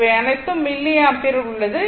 இவை அனைத்தும் மில்லி ஆம்பியரில் உள்ளது